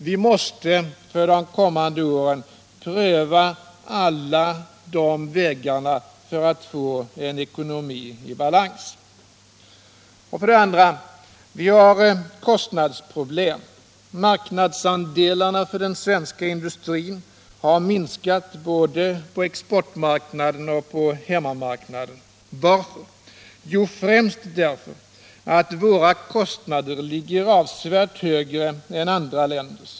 Vi måste för de kommande åren pröva alla de vägarna för att få en ekonomi i balans. Vi har kostnadsproblem. Marknadsandelarna för den svenska industrin har minskat både på exportmarknaden och på hemmamarknaden. Varför? Jo, främst därför att våra kostnader ligger avsevärt högre än andra länders.